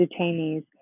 detainees